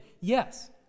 Yes